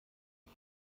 ich